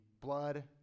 blood